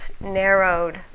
narrowed